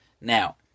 Now